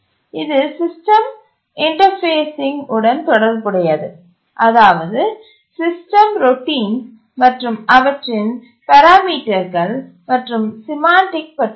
இது system interfacing உடன் தொடர்புடையது அதாவது சிஸ்டம் ரோட்டின்ஸ் மற்றும் அவற்றின் பராமீட்டர்கள் மற்றும் சிமான்ட்டிக் பற்றியது